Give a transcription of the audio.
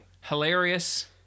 hilarious